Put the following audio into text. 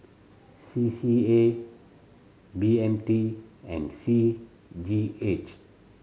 C C A B M T and C G H